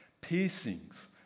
Piercings